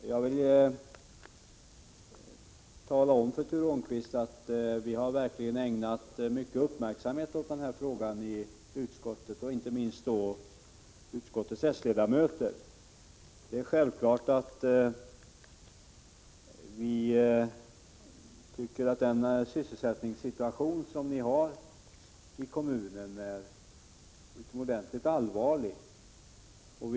Herr talman! Jag vill bara helt kort tala om för Ture Ångqvist att vi i utskottet har ägnat mycket stor uppmärksamhet åt Fatsjöprojektet. Det gäller inte minst utskottets s-ledamöter. Det är självklart att vi tycker att den sysselsättningssituation som ni har i kommunen är utomordentligt allvarlig.